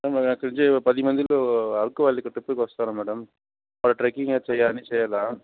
madam ఇక్కడ నుంచి పది మందిలో అరకు వ్యాలీకి ట్రిప్పుకు వస్తారు మ్యాడమ్ సో ట్రక్కింగ్ చేయాలా అన్ని చేయాలా